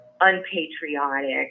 unpatriotic